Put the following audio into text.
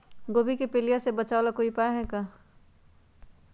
गोभी के पीलिया से बचाव ला कोई उपाय है का?